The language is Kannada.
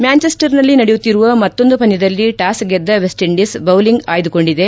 ಮ್ಯಾಂಚಸ್ಟರ್ನಲ್ಲಿ ನಡೆಯುತ್ತಿರುವ ಮತ್ತೊಂದು ಪಂದ್ಕದಲ್ಲಿ ಟಾಸ್ ಗೆದ್ದ ವೆಸ್ಟ್ ಇಂಡೀಸ್ ಬೌಲಿಂಗ್ ಆಯ್ದುಕೊಂಡಿದೆ